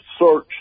search